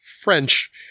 French